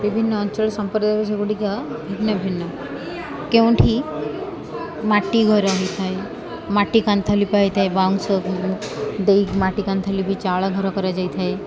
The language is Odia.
ବିଭିନ୍ନ ଅଞ୍ଚଳ ସମ୍ପ୍ରଦାୟ ଗୁଡ଼ିକ ଭିନ୍ନ ଭିନ୍ନ କେଉଁଠି ମାଟି ଘର ହୋଇଥାଏ ମାଟିକାନ୍ଥ ଲିପା ହେଇଥାଏ ବାଉଁଶ ଦେଇ ମାଟିକାନ୍ଥ ଲିବି ଚାଳ ଘର କରାଯାଇଥାଏ